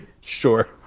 sure